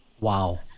Wow